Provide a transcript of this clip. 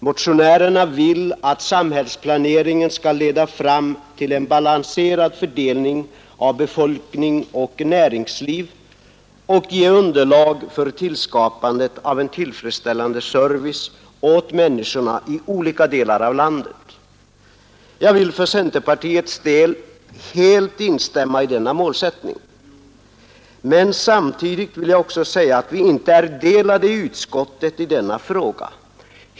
Motionärerna vill att samhällsplaneringen skall leda fram till en balanserad fördelning av befolkning och näringsliv och ge underlag för tillskapandet av en tillfredsställande service åt människorna i olika delar av landet. Jag vill för centerpartiets del helt instämma i denna målsättning. Men samtidigt vill jag också säga att utskottet inte är delat i denna fråga.